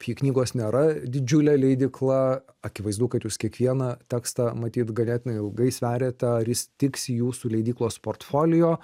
phi knygos nėra didžiulė leidykla akivaizdu kad jūs kiekvieną tekstą matyt ganėtinai ilgai sveriate ar jis tiks į jūsų leidyklos portfolio